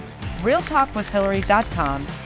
RealtalkWithHillary.com